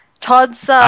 Todd's